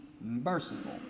merciful